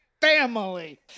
family